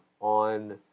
on